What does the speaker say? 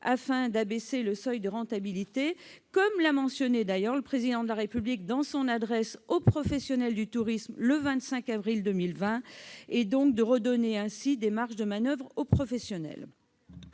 afin d'abaisser le seuil de rentabilité, comme l'a mentionné d'ailleurs le Président de la République dans son adresse aux professionnels du tourisme, le 25 avril 2020. Il s'agit de redonner des marges de manoeuvre aux professionnels.